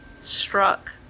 struck